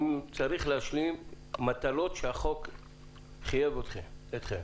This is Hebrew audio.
אם צריך להשלים מטלות שהחוק חייב אתכם.